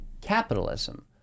capitalism